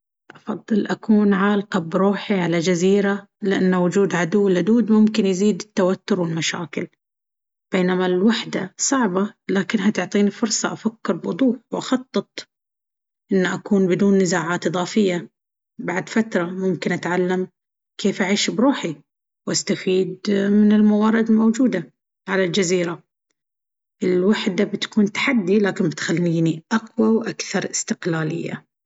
أفضل أكون عالقة بروحي على جزيرة. لأن وجود عدو لدود ممكن يزيد التوتر والمشاكل، بينما الوحدة صعبة، لكنها تعطيني فرصة أفكر بوضوح وأخطط ان أكون بدون نزاعات إضافية. بعد فترة، ممكن أتعلم كيف أعيش بروحي وأستفيد من الموارد الموجودة على الجزيرة. الوحدة بتكون تحدي، لكن بتخليني أقوى وأكثر استقلالية.